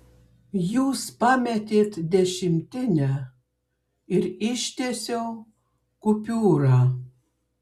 jūs pametėt dešimtinę ir ištiesiau kupiūrą